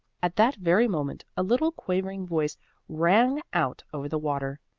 at that very moment a little quavering voice rang out over the water.